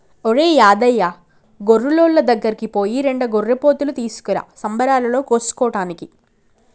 ఒరేయ్ యాదయ్య గొర్రులోళ్ళ దగ్గరికి పోయి రెండు గొర్రెపోతులు తీసుకురా సంబరాలలో కోసుకోటానికి